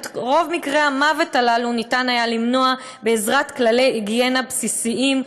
את רוב מקרי המוות הללו אפשר היה למנוע בעזרת כללי היגיינה בסיסיים.